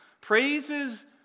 praises